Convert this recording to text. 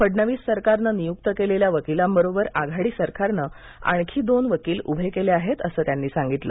फडणवीस सरकारनं नियुक्त केलेल्या वकिलांबरोबर आघाडी सरकारनं आणखी दोन वकील उभे केले आहेत असं त्यांनी सांगितलं